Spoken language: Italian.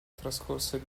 trascorse